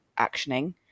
actioning